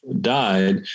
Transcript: died